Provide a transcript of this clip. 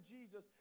Jesus